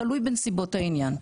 תלוי בנסיבות העניין.